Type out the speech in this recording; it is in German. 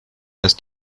dass